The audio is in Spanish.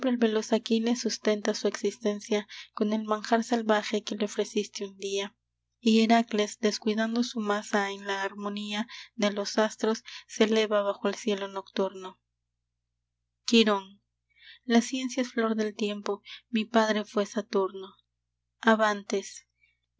veloz aquiles sustenta su existencia con el manjar salvaje que le ofreciste un día y herakles descuidando su masa en la harmonía de los astros se eleva bajo el cielo nocturno quirón la ciencia es flor del tiempo mi padre fué saturno abantes